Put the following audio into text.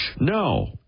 No